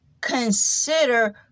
consider